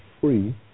free